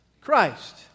Christ